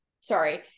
sorry